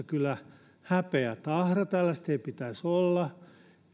kyllä häpeätahra tällaista ei pitäisi olla